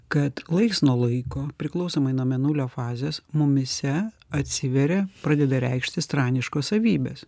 kad laiks nuo laiko priklausomai nuo mėnulio fazės mumyse atsiveria pradeda reikštis traniškos savybės